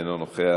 אינו נוכח,